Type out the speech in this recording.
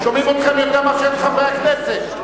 שומעים אתכם יותר מאשר את חברי הכנסת.